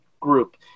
group